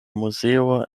muzeo